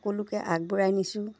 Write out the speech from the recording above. সকলোকে আগবঢ়াই নিছোঁ